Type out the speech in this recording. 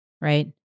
right